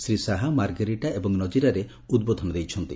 ଶ୍ରୀ ଶାହା ମାର୍ଗେରିଟା ଏବଂ ନଜିରାରେ ଉଦ୍ବୋଧନ ଦେଇଛନ୍ତି